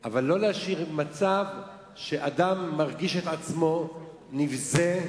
אבל לא להשאיר מצב שבו אדם מרגיש את עצמו מבוזה,